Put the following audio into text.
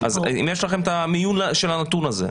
אז אם יש לכם את המיון של הנתון הזה.